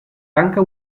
tanca